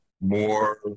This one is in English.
more